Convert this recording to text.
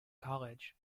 college